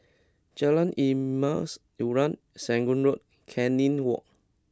Jalan Emas Urai Serangoon Road Canning Walk